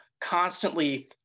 constantly